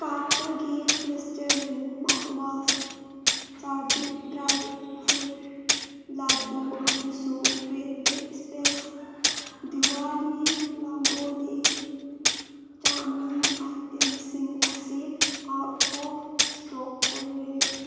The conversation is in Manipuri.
ꯀꯥꯔꯠꯇꯒꯤ ꯂꯤꯁꯇꯦꯔꯤꯟ ꯃꯥꯎꯠ ꯋꯥꯁ ꯆꯥꯔꯕꯤꯛ ꯗ꯭ꯔꯥꯏ ꯐ꯭ꯔꯨꯠ ꯂꯥꯗꯨ ꯑꯃꯁꯨꯡ ꯀ꯭ꯔꯦꯌꯦꯇꯤꯞ ꯏꯁꯄꯦꯁ ꯗꯤꯋꯥꯂꯤ ꯔꯪꯒꯣꯂꯤ ꯆꯥꯅꯤ ꯑꯥꯏꯇꯦꯝꯁꯤꯡ ꯑꯁꯤ ꯑꯥꯎꯠ ꯑꯣꯐ ꯏꯁꯇꯣꯛ ꯑꯣꯏꯔꯦ